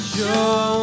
Show